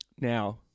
Now